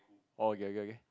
orh okay okay